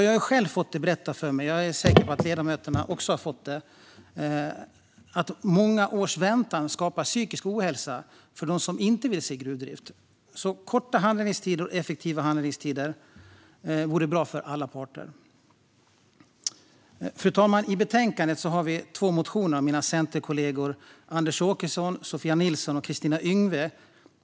Jag, och säkert många ledamöter med mig, har fått berättat för mig att många års väntan skapar psykisk ohälsa för den som inte vill se gruvdrift. Kortare och effektivare handläggningstider vore alltså bra för alla parter. Fru talman! I betänkandet finns två motioner av mina centerkollegor Anders Åkesson, Sofia Nilsson och Kristina Yngwe.